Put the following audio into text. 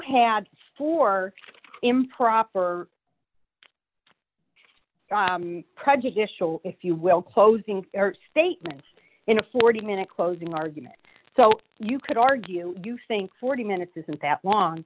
had for improper prejudicial if you will closing statements in a forty minute closing argument so you could argue you think forty minutes isn't that long